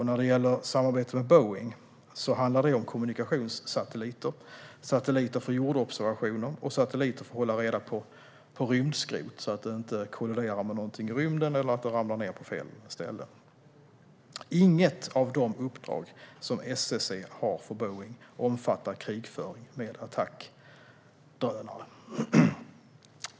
När det gäller samarbetet med Boeing handlar det om kommunikationssatelliter för jordobservationer och satelliter för att hålla reda på rymdskrot så att det inte kolliderar med någonting i rymden eller ramlar ned på fel ställen. Inget av de uppdrag som SSC har för Boeing omfattar krigföring med attackdrönare.